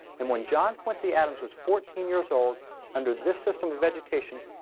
and when john quincy adams was fourteen years old under this system of education,